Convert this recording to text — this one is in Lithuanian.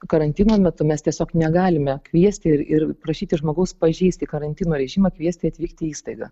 karantino metu mes tiesiog negalime kviesti ir ir prašyti žmogaus pažeisti karantino režimą kviesti atvykti į įstaigą